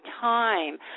time